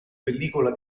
pellicola